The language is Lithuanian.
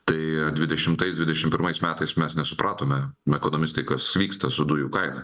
tai dvidešimtais dvidešimt pirmais metais mes nesupratome ekonomistai kas vyksta su dujų kaina